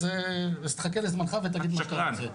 אז תחכה לזמנך ותגיד מה שאתה רוצה.